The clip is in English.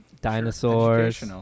dinosaurs